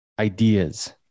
Ideas